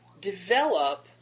develop